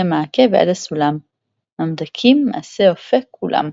מן המעקה ועד הסלם – ממתקים מעשה אפה כלם.